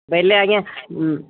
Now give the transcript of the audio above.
ବୋଇଲେ ଆଜ୍ଞା